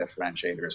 differentiators